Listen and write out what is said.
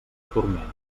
turment